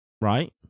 right